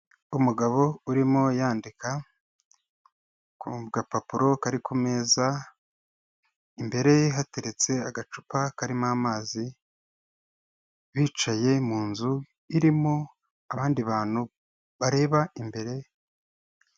Umugabo urimo yandika ku gapapuro kari ku meza, imbere hateretse agacupa karimo amazi, bicaye mu nzu irimo abandi bantu bareba imbere ye.